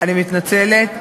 אני מתנצלת.